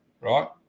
right